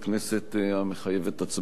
הנושא יועבר לוועדת החוקה,